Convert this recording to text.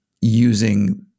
using